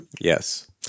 Yes